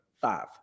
five